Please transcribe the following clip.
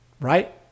Right